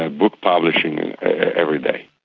ah book publishing every day.